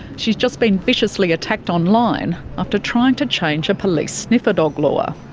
she's just been viciously attacked online after trying to change a police sniffer dog law.